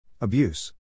Abuse